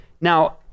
Now